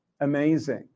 amazing